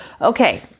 Okay